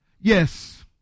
Yes